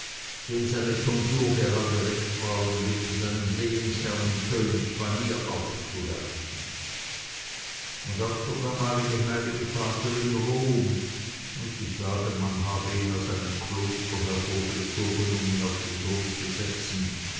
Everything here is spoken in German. dem seine tonsur gerade recht war um gegen seinen lehensherrn und könig panier aufzuwerfen und auch der damalige heilige vater in rom sie sagen man habe ihn aus einem kloster hervorgezogen um ihn auf den thron zu setzen